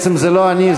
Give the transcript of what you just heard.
בעצם זה לא אני,